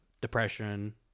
Depression